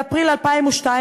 באפריל 2002,